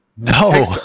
No